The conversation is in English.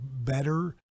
better